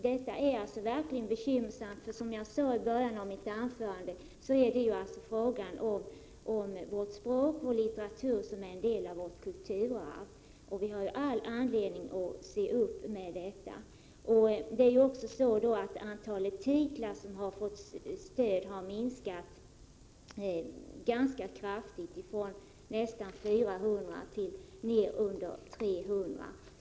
Detta är verkligen bekymmersamt, och som jag sade i mitt inledningsanförande är det vårt språk och vår litteratur, en del av vårt kulturarv, som står på spel. Vi har alltså all anledning att se upp med denna tendens. Antalet titlar som fått stöd har också minskat ganska kraftigt, från nästan 400 till under 300.